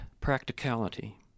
practicality